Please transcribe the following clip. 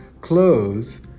clothes